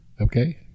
Okay